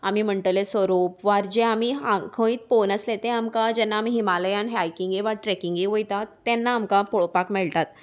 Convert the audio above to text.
आमी म्हणटले सरोप वा जे आमी खंय पळोवंक नासले तें आमकां जेन्ना आमी हिमालयान हायकिंगे वा ट्रेकिंगे वयतात तेन्ना आमकां पळोवपाक मेळटात